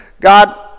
God